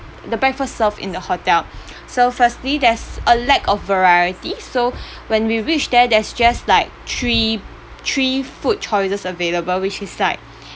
the breakfast served in the hotel so firstly there's a lack of variety so when we reached there there's just like three three food choices available which is like